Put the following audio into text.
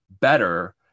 better